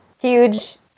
Huge